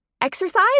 Exercise